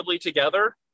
together